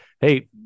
hey